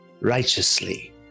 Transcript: righteously